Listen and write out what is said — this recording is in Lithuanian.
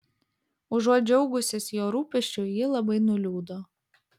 užuot džiaugusis jo rūpesčiu ji labai nuliūdo